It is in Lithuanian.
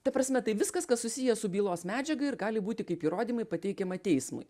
ta prasme tai viskas kas susiję su bylos medžiaga ir gali būti kaip įrodymai pateikiama teismui